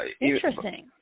Interesting